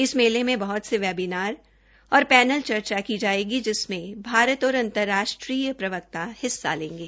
इस मेले में बहत से वेबीनार और पैनल चर्चा की जायेगी जिसमें भारत और अंतर्राष्ट्रीय प्रवक्ता हिस्सा लेंगे